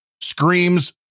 screams